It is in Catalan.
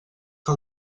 que